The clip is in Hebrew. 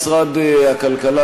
משרד הכלכלה,